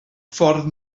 ffordd